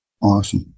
Awesome